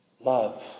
love